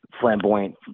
flamboyant